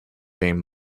been